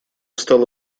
стало